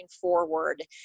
forward